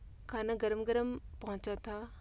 खाना गर्म गर्म पहुँचा था